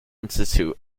institute